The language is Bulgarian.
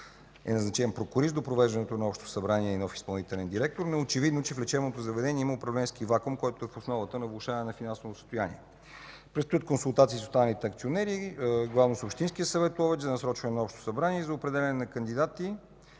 е назначен прокурист до провеждането на Общо събрание и избирането на нов изпълнителен директор, но е очевидно, че в лечебното заведение има управленски вакуум, който е в основата на влошаване на финансовото състояние. Предстоят консултации с останалите акционери, главно с Общинския съвет в Ловеч, за насрочване на Общо събрание и за определяне на кандидати,